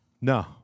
No